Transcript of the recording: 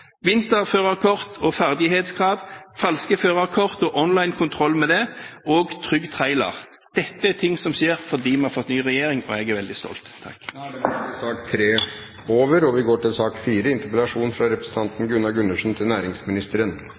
og ferdighetskrav, online kontroll av falske førerkort og Trygg Trailer. Dette er ting som skjer fordi vi har fått ny regjering, og jeg er veldig stolt. Debatten om sak